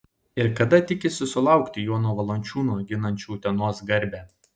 ir kada tikisi sulaukti jono valančiūno ginančio utenos garbę